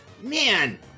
Man